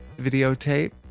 videotape